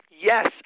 Yes